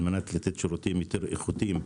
על מנת לתת שירותים יותר איכותיים לתושבים.